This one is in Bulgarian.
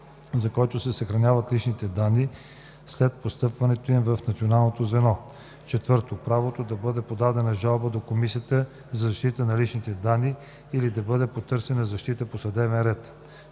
за който се съхраняват лични данни след постъпването им в Националното звено; 4. правото да бъде подадена жалба до Комисията за защита на личните данни или да бъде потърсена защита по съдебен ред.